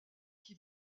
qui